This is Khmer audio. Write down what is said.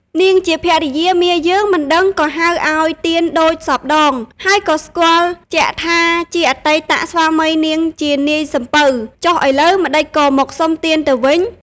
នាងជាភរិយាមាយើងមិនដឹងក៏ហៅឱ្យទានដូចសព្វដង ហើយក៏ស្គាល់ជាក់ថាជាអតីតស្វាមីនាងជានាយសំពៅ ចុះឥឡូវម្តេចក៏មកសុំទានទៅវិញ។